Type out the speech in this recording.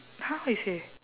!huh! what you say